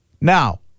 Now